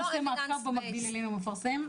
מי עושה מעקב במקביל אלינו ומפרסם.